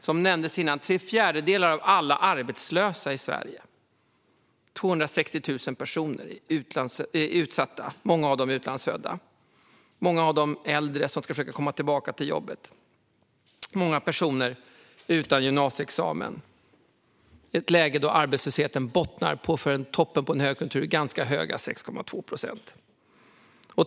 Som nämndes här tidigare är tre fjärdedelar av alla arbetslösa i Sverige, 260 000 personer, utsatta människor. Många av dem är utlandsfödda, äldre som ska försöka komma tillbaka till jobbet eller personer som saknar gymnasieexamen. Så ser det ut i ett läge där arbetslösheten bottnar på en för att vara i toppen av en högkonjunktur ganska hög nivå: 6,2 procent.